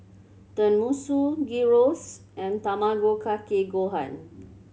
Tenmusu Gyros and Tamago Kake Gohan